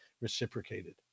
reciprocated